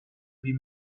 wie